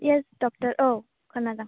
yes doctor औ खोनादों